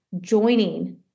joining